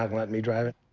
um let me drive it?